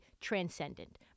transcendent